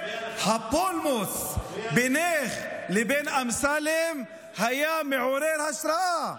הפולמוס בינך לבין אמסלם היה מעורר השראה.